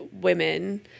women